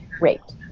raped